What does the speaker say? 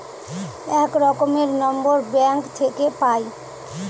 এক রকমের number bank থাকে পাই